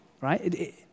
right